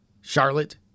Charlotte